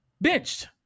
benched